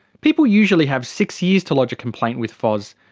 people usually have six years to lodge a complaint with fos.